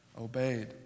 obeyed